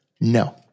No